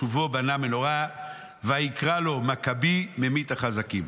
בשובו בנה מנורה ויקרא לה מכבי ממית החזקים.